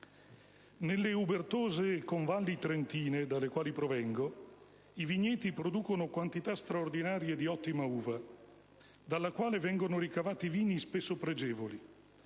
Nelle ubertose convalli trentine dalle quali provengo, i vigneti producono quantità straordinarie di ottima uva, dalla quale vengono ricavati vini spesso pregevoli: